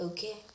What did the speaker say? Okay